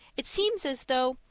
it seems as though,